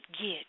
get